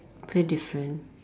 pretty different